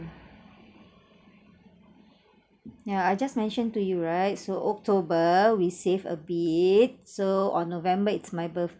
mm yeah I just mentioned to you right so october we save a bit so on november it's my birthday